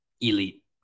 Elite